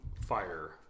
fire